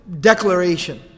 declaration